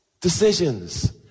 Decisions